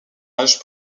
âge